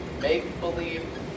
make-believe